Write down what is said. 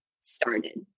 started